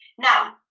Now